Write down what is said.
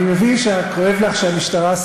אני מבין שכואב לך שהמשטרה, אתה מטיף לי מוסר.